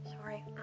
sorry